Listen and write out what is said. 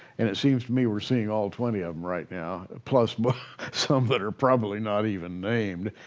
and it seems to me we're seeing all twenty of them right now plus some that are probably not even named.